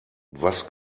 was